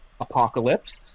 Apocalypse